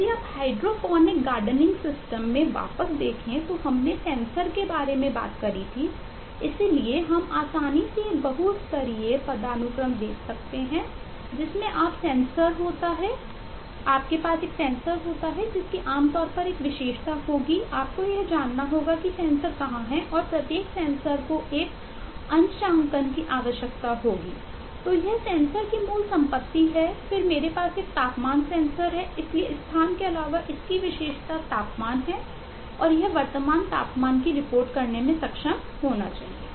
यदि आप hydroponic gardening system है इसलिए स्थान के अलावा इसकी विशेषता तापमान है और यह वर्तमान तापमान की रिपोर्ट करने में सक्षम होना चाहिए